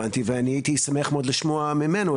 מה שאני הבנתי ואני הייתי שמח מאוד לשמוע ממנו,